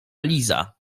liza